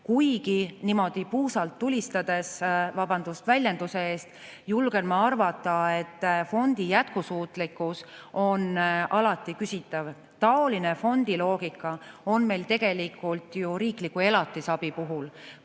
Kuid niimoodi puusalt tulistades, vabandust väljenduse pärast, julgen ma arvata, et fondi jätkusuutlikkus on alati küsitav. Taoline fondiloogika on meil tegelikult ju riikliku elatisabi puhul,